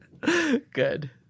Good